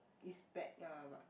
it's bag ah but